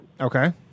Okay